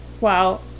Wow